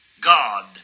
God